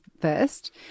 first